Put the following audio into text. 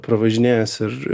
pravažinėjęs ir